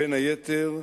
בין היתר: